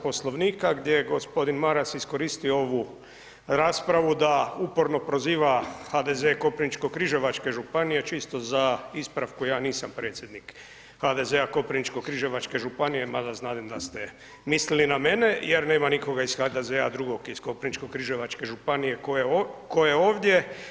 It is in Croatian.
Poslovnika gdje je g. Maras iskoristio ovu raspravu da uporno proziva HDZ Koprivničko-križevačke županije, čisto za ispravku, ja nisam predsjednik HDZ-a Koprivničko-križevačke županije mada znadem da ste mislili na mene jer nema nikoga iz HDZ-a drugog iz Koprivničko-križevačke županije tko je ovdje.